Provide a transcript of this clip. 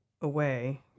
away